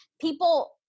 people